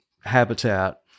habitat